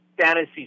fantasy